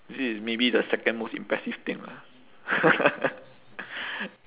this is maybe the second most impressive thing lah